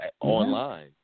online